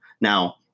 Now